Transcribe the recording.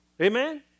Amen